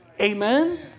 Amen